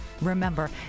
Remember